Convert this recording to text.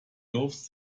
loves